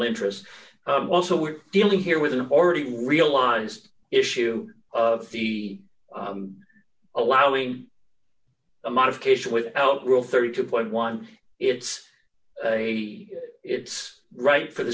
interest also we're dealing here with an already realized issue of the allowing a modification with l rule thirty two point one it's a it's right for the